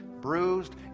Bruised